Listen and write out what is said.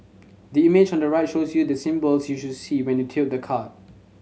the image on the right shows you the symbols you should see when you tilt the card